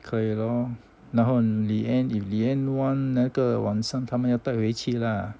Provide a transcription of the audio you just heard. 可以咯然后 lee yen if lee yen one 那个晚上他们要带回去啦